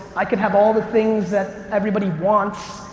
i could have all the things that everybody wants.